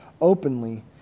openly